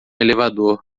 elevador